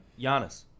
Giannis